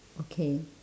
okay